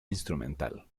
instrumental